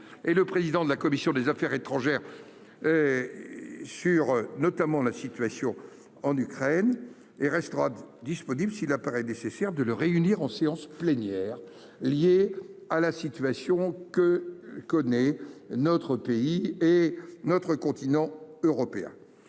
et le président de la commission des Affaires étrangères. Sur notamment la situation en Ukraine et restera disponible s'il apparaît. Certes, de le réunir en séance plénière, lié à la situation que connaît notre pays et notre continent européen,